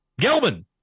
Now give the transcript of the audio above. Gelman